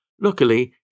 Luckily